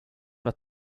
vara